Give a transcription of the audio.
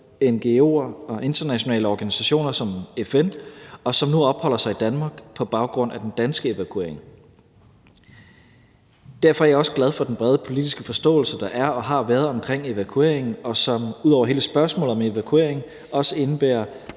ngo'er og internationale organisationer som FN, og som nu opholder sig i Danmark på baggrund af den danske evakuering. Derfor er jeg også glad for den brede politiske forståelse, der er og har været omkring evakueringen, og som ud over hele spørgsmålet om evakuering også indebærer,